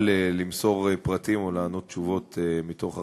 למסור פרטים או לתת תשובות בתוך החקירה.